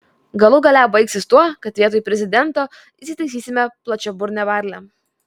galų gale baigsis tuo kad vietoj prezidento įsitaisysime plačiaburnę varlę